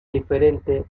diferente